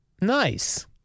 Nice